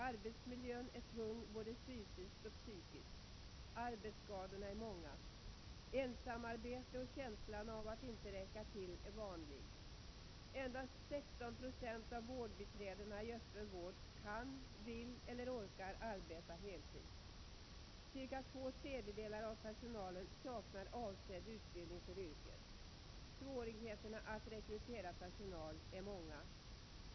Arbetsmiljön är tung både fysiskt och psykiskt. Arbetsskadorna är många. Ensamarbete och känslan av att inte räcka till är vanlig. Endast 16 procent av vårdbiträdena i öppen vård kan, vill eller orkar arbeta heltid. Ca två tredjedelar av personalen saknar avsedd utbildning för yrket. Svårigheterna att rekrytera personal är många.